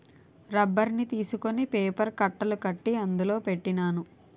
రబ్బర్ని తీసుకొని పేపర్ కట్టలు కట్టి అందులో పెట్టినాను